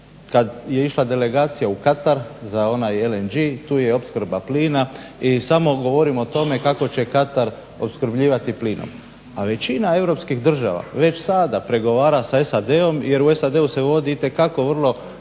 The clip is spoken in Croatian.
Kad je išla delegacija u Katar za onaj LNG tu je opskrba plina i samo govorim o tome kako će Katar opskrbljivati plinom. A većina europskih država već sada pregovara sa SAD-om jer u SAD-u se vodi itekako vrlo